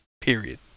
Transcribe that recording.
Period